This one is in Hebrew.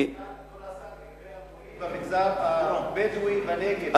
כבוד השר, לגבי המורים במגזר הבדואי בנגב.